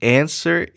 answer